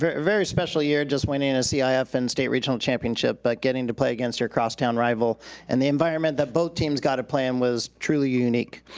very very special year just winning and a ah cif and state regional championship, but getting to play against your crosstown rival and the environment that both teams gotta play in was truly unique.